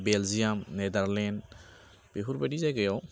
Belgium Netherlands बेफोरबायदि जागायाव